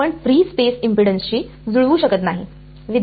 आपण free space impedance शी जुळवू शकत नाही